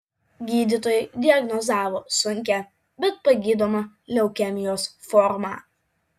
gydytojai diagnozavo sunkią bet pagydomą leukemijos formą